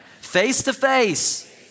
face-to-face